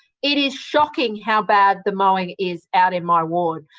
it is shocking how bad the mowing is out in my ward.